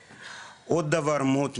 עוד דבר מאוד מעניין,